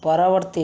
ପରବର୍ତ୍ତୀ